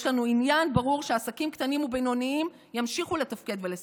יש לנו עניין ברור שעסקים קטנים ובינוניים ימשיכו לתפקד ולשגשג.